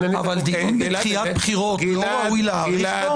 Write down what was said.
אבל דיון בדחיית בחירות, לא ראוי להאריך בו?